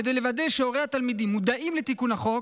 כדי לוודא שהורי התלמידים מודעים לתיקון החוק,